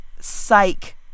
psych